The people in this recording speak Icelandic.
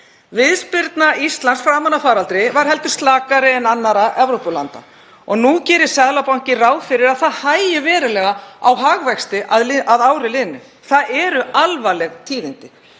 Viðspyrna Íslands framan af faraldri var heldur slakari en annarra Evrópulanda og nú gerir Seðlabankinn ráð fyrir að það hægi verulega á hagvexti að ári liðnu. Það eru alvarleg tíðindi.